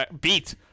Beat